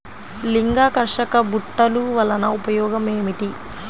లింగాకర్షక బుట్టలు వలన ఉపయోగం ఏమిటి?